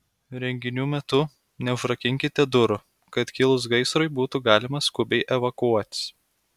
renginių metu neužrakinkite durų kad kilus gaisrui būtų galima skubiai evakuotis